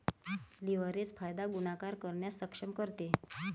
leverage फायदा गुणाकार करण्यास सक्षम करते